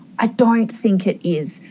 i don't think it is,